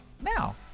now